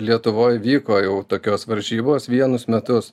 lietuvoj vyko jau tokios varžybos vienus metus